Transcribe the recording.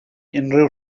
unrhyw